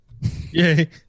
Yay